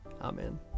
Amen